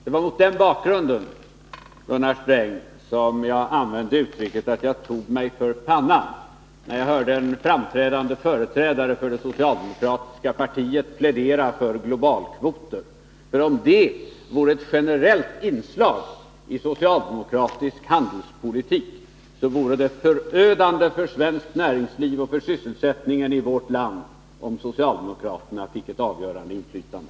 Det var mot den bakgrunden, Gunnar Sträng, som jag använde uttrycket att jag tog mig för pannan när jag hörde en framträdande företrädare för det socialdemokratiska partiet plädera för globalkvoter — för om de vore ett generellt inslag i socialdemokratisk handelspolitik, så vore det förödande för svenskt näringsliv och för sysselsättningen i vårt land, ifall socialdemokraterna fick ett avgörande inflytande.